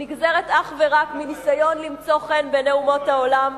נגזרים אך ורק מניסיון למצוא חן בעיני אומות העולם,